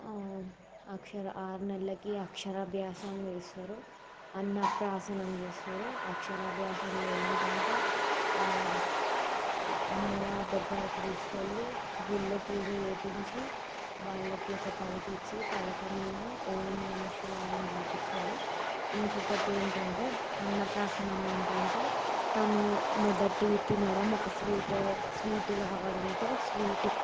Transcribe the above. అక్షర ఆరు నెలలకి అక్షరాభ్యాసం చేస్తారు అన్నప్రాసన చేస్తారు అక్షరాభ్యాసంలో ఏంటంటే అమ్మవారి దగ్గరికి తీసుకెళ్ళి గుళ్ళో పూజ చేపించి వాళ్ళకి ఒక పలక ఇచ్చి పలక మీద ఓం నమఃశివాయ అని వ్రాయిస్తారు ఇంకొకటి ఏంటంటే అన్నప్రాసన ఏంటంటే తను మొదటి తినడం ఒక స్వీటే స్వీట్ కావడంతో స్వీట్